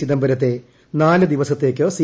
ചിദംബരത്തെ നാല് ദിവസത്തേയ്ക്ക് സി